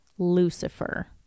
lucifer